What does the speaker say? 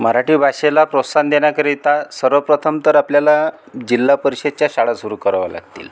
मराठी भाषेला प्रोत्साहन देण्याकरिता सर्वप्रथम तर आपल्याला जिल्हा परिषेदच्या शाळा सुरू कराव्या लागतील